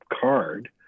card